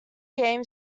game